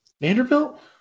Vanderbilt